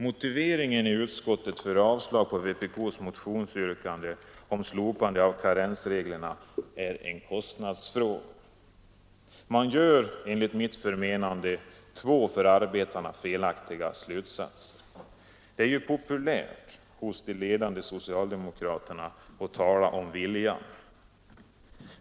Motiveringen i utskottet för avslag på vpk:s motionsyrkande om slopande av karensreglerna är en kostnadsfråga. Man drar enligt mitt förmenande två för arbetarna felaktiga slutsatser. Det är ju populärt hos de ledande socialdemokraterna att tala om viljan.